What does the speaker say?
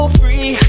free